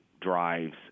drives